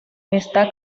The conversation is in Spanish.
está